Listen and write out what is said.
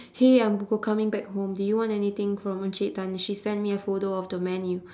hey I'm go~ coming back home do you want anything from encik tan and she sent me a photo of the menu